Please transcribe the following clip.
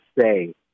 say